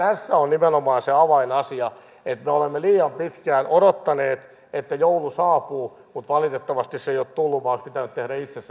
tässä on nimenomaan se avainasia että me olemme liian pitkään odottaneet että joulu saapuu mutta valitettavasti se ei ole tullut vaan pitää tehdä itse sen saamiseksi aikaan